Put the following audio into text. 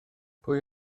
pwy